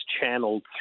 channeled